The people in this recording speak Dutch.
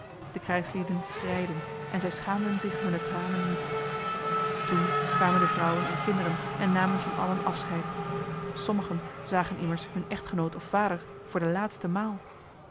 de krijgslieden schreiden en zij schaamden zich hunne tranen niet toen kwamen de vrouwen en kinderen en namen van allen afscheid sommigen zagen immers hun echtgenoot of vader voor de laatste maal